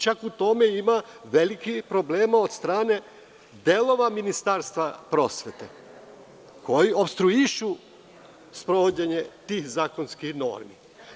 Čak u tome ima velikih problema od stane delova Ministarstva prosvete koji opstruišu sprovođenje tih zakonskih normi.